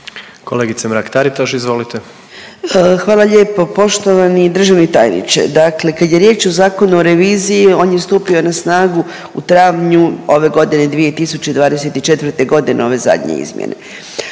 izvolite. **Mrak-Taritaš, Anka (GLAS)** Hvala lijepo. Poštovani državni tajniče, dakle kad je riječ o Zakonu o reviziji on je stupio na snagu u travnju ove godine 2024.g. ove zadnje izmjene.